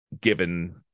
given